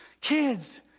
Kids